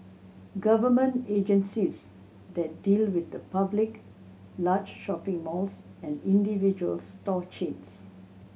government agencies that deal with the public large shopping malls and individual store chains